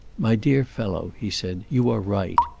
my dear fellow, he said, you are right.